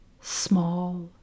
small